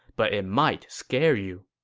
but it might scare you.